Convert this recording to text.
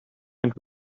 and